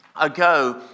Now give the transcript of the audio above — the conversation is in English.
ago